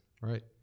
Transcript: Right